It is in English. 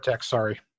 Sorry